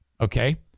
Okay